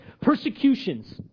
persecutions